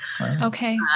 Okay